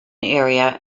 area